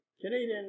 Canadian